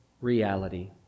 reality